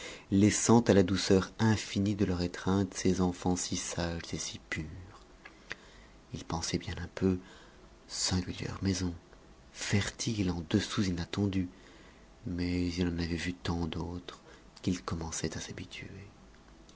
laissant à la douceur infinie de leur étreinte ces enfants si sages et si purs il pensait bien un peu singulière maison fertile en dessous inattendus mais il en avait vu tant d'autres qu'il commençait à s'habituer